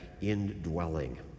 indwelling